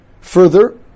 Further